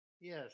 Yes